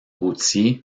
routier